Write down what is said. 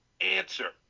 Answer